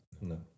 No